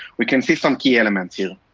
we can see some key elements here.